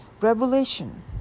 Revelation